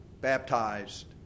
baptized